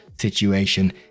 situation